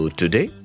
today